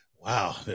Wow